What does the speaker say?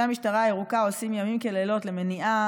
אנשי המשטרה הירוקה עושים לילות כימים למניעה